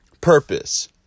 purpose